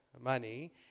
money